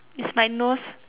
is my nose